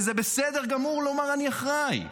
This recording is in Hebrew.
וזה בסדר גמור לומר "אני אחראי".